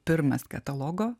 pirmas katalogo